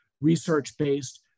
research-based